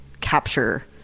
capture